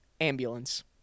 ambulance